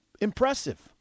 impressive